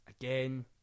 again